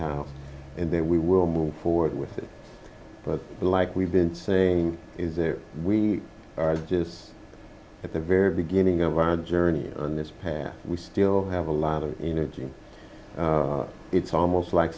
house and then we will move forward with it but like we've been saying is we are just at the very beginning of our journey on this path we still have a lot of energy it's almost like